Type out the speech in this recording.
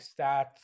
stats